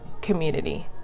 community